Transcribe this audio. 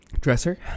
dresser